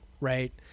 right